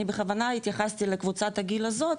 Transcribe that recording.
אני בכוונה התייחסתי לקבוצת הגיל הזאת,